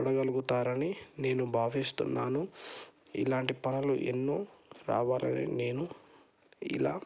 పడగలుగుతారని నేను భావిస్తున్నాను ఇలాంటి పనులు ఎన్నో రావాలని నేను ఇలా